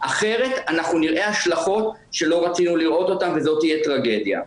אחרת נראה השלכות שלא רצינו לראות אותן וזו תהיה טרגדיה.